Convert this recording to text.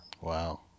Wow